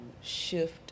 shift